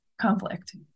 conflict